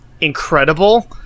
incredible